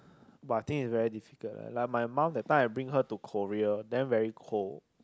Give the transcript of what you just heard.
but I think is very difficult lah like my mum that time I bring her to Korea then very cold